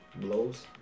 Blows